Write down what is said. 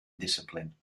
discipline